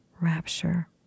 rapture